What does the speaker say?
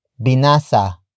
binasa